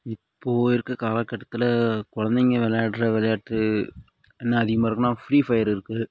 இப்போது இருக்க காலகட்டத்தில் குலந்தைங்க விளாயாடுற விளையாட்டு என்ன அதிகமாக இருக்குதுனா ஃப்ரீஃபையர் இருக்குது